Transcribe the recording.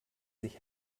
sich